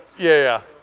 yeah.